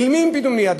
אילמים פתאום נהיו.